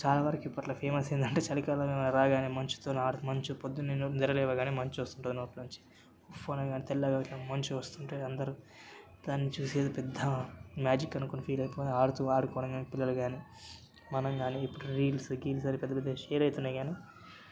చాలా వరకి ఇప్పట్లో ఫేమస్ ఏంటంటే చలి కాలం రాగానే మంచుతో ఆ మంచు పొద్దున్నే నిద్ర లేవగానే మంచొస్తుంటుంది నోట్లో నుంచి ఉఫ్ అనగానే తెల్లగా ఇట్లా మంచొస్తుంటే అందరూ దాన్ని చూసి ఏదో పెద్ద మ్యాజిక్ అనుకొని ఫీల్ అయిపోయి ఆడుతూ ఆడుకోవడము పిల్లలు కానీ మనం కానీ ఇప్పుడు రీల్సు గీల్స్ అని పెద్ద పెద్ద షేర్ అయితున్నాయి కానీ